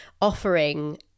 offering